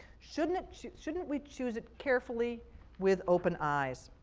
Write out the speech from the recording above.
shouldn't it, shouldn't we choose it carefully with open eyes?